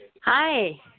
Hi